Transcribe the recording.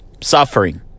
suffering